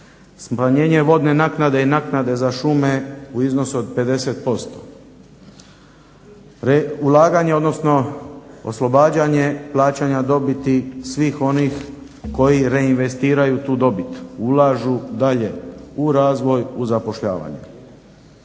Smanjenje vodne naknade i naknade za šume u iznosu od 50%, ulaganje, odnosno oslobađanje plaćanja dobiti svih oni koji reinvestiraju tu dobit, ulažu dalje u razvoj u zapošljavanje.